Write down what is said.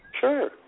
Sure